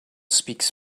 speaks